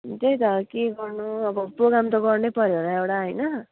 त्यही अब के गर्नु अब प्रोगाम त गर्नैपऱ्यो होला एउटा होइन